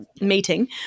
meeting